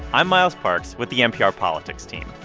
i'm miles parks with the npr politics team.